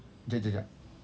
jap jap jap